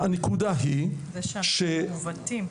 תפיסות מעוותות.